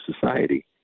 society